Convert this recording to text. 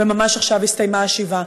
וממש עכשיו הסתיימה השבעה.